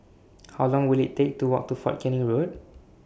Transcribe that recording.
How Long Will IT Take to Walk to Fort Canning Road